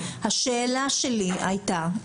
השאלה שלי הייתה,